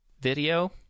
video